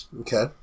Okay